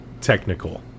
technical